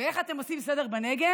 ואיך אתם עושים סדר בנגב?